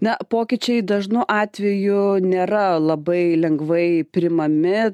na pokyčiai dažnu atveju nėra labai lengvai priimami